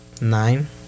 Nine